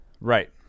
Right